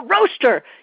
roaster